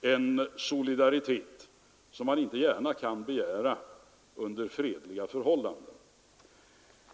en solidaritet som man inte gärna kan begära under fredliga förhållanden.